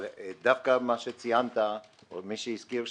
אבל דווקא מה שציינת או מי שהזכיר,